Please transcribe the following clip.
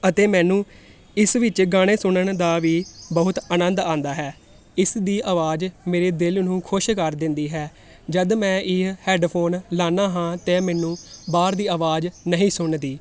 ਅਤੇ ਮੈਨੂੰ ਇਸ ਵਿੱਚ ਗਾਣੇ ਸੁਣਨ ਦਾ ਵੀ ਬਹੁਤ ਆਨੰਦ ਆਉਂਦਾ ਹੈ ਇਸ ਦੀ ਆਵਾਜ਼ ਮੇਰੇ ਦਿਲ ਨੂੰ ਖੁਸ਼ ਕਰ ਦਿੰਦੀ ਹੈ ਜਦ ਮੈਂ ਇਹ ਹੈਡਫੋਨ ਲਾਉਂਦਾ ਹਾਂ ਅਤੇ ਮੈਨੂੰ ਬਾਹਰ ਦੀ ਆਵਾਜ਼ ਨਹੀਂ ਸੁਣਦੀ